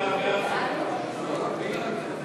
הצעת חוק הגנת השכר,